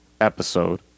episode